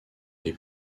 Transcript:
les